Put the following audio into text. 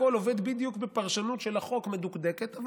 הכול עובד בדיוק בפרשנות מדוקדקת של החוק,